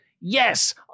yes